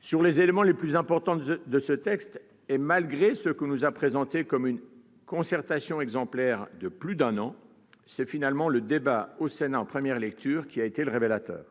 Sur les mesures les plus importantes de ce texte, et malgré ce que l'on nous a présenté comme une concertation exemplaire de plus d'un an, c'est finalement le débat au Sénat en première lecture qui a été le révélateur.